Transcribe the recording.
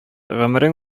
гомерең